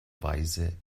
weise